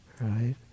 Right